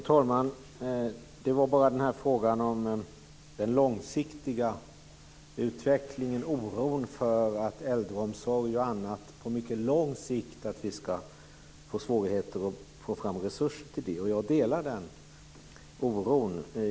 Fru talman! Det är frågan om den långsiktiga utvecklingen och om oron för äldreomsorg och annat och för att vi på lång sikt ska få svårigheter att få fram resurser till det. Jag delar den oron.